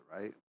right